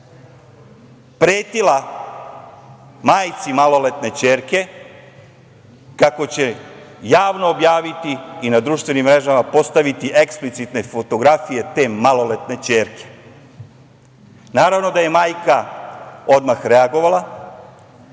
pretila majci maloletne ćerke kako će javno objaviti i na društvenim mrežama postaviti eksplicitne fotografije te maloletne ćerke. Naravno da je majka odmah reagovala